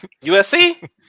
USC